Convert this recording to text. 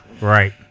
right